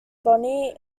bonnie